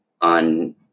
on